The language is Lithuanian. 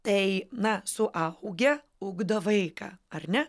tai na suaugę ugdo vaiką ar ne